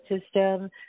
system